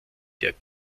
der